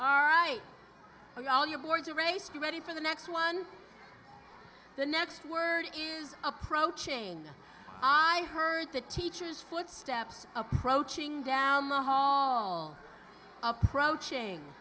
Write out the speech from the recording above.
are right and all your boards are race be ready for the next one the next word is approaching i heard the teacher's footsteps approaching down the hall approaching